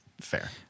fair